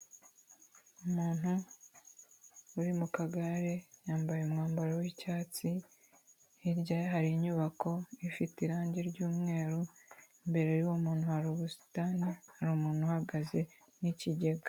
Umuntu uri mu kagare, yambaye umwambaro w'icyatsi, hirya ye hari inyubako ifite irange ry'umweru, imbere y'uwo muntu hari ubusitani, hari umuntu uhagaze n'ikigega.